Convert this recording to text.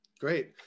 great